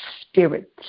spirit